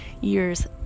years